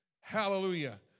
Hallelujah